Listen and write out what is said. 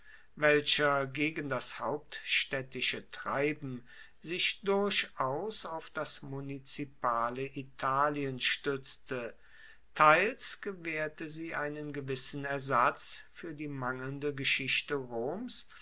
welcher gegen das hauptstaedtische treiben sich durchaus auf das munizipale italien stuetzte teils gewaehrte sie einen gewissen ersatz fuer die mangelnde geschichte roms